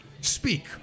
speak